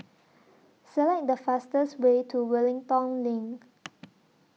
Select The fastest Way to Wellington LINK